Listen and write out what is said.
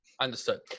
Understood